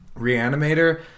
Reanimator